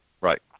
Right